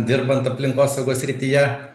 dirbant aplinkosaugos srityje